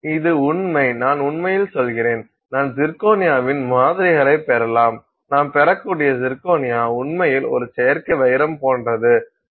இது உண்மை நான் உண்மையில் சொல்கிறேன் நாம் சிர்கோனியாவின் மாதிரிகளைப் பெறலாம் நாம் பெறக்கூடிய சிர்கோனியா உண்மையில் ஒரு செயற்கை வைரம் போன்றது